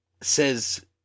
says